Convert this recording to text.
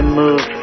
move